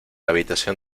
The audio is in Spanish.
habitación